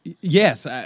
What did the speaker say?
Yes